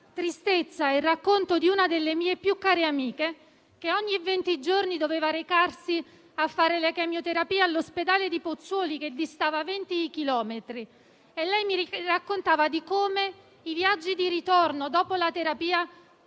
tristezza il racconto di una delle mie più care amiche che ogni venti giorni doveva recarsi a fare la chemioterapia all'ospedale di Pozzuoli che distava 20 chilometri. Mi raccontava di come i viaggi di ritorno dopo la terapia